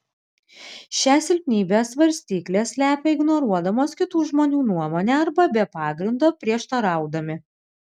šią silpnybę svarstyklės slepia ignoruodamos kitų žmonių nuomonę arba be pagrindo prieštaraudami